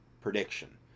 prediction